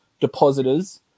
depositors